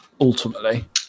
ultimately